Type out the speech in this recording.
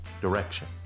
direction